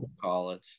College